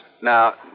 Now